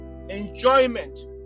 enjoyment